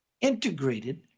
integrated